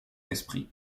esprit